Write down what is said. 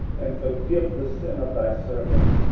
and forgive the sin of thy servants,